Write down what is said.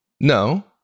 No